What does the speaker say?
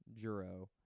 Juro